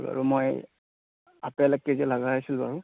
হয় বাৰু মই আপেল এক কেজি লগা হৈছিল বাৰু